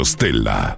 Stella